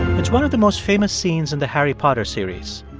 it's one of the most famous scenes in the harry potter series.